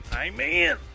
Amen